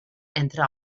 entre